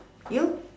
you